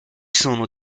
sono